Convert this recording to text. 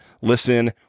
Listen